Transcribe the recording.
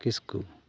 ᱠᱤᱥᱠᱩ